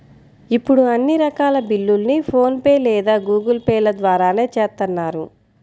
ఇప్పుడు అన్ని రకాల బిల్లుల్ని ఫోన్ పే లేదా గూగుల్ పే ల ద్వారానే చేత్తన్నారు